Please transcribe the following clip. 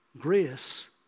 Grace